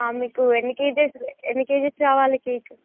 ఆ మీకు ఎన్ని కెజిస్ ఎన్ని కెజిస్ కావాలి కేక్